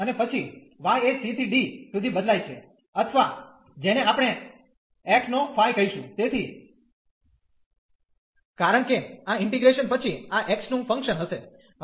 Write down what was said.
અને પછી y એ c થી d સુધી બદલાય છે અથવા જેને આપણે x નો ફાઇ કહીશું તેથી કારણ કે આ ઇન્ટીગ્રેશન પછી આ x નું ફંક્શન હશે